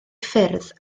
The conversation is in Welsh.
ffyrdd